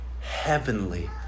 heavenly